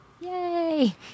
yay